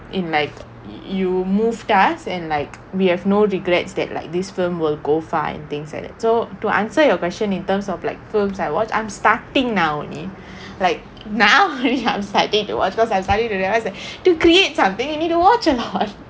it make you moved up and like we have no regrets that like this film will go far and things like that so to answer your question in terms of like films I watch I'm starting now only like now then I'm starting to watch as I realise that to create something you need to watch and hoard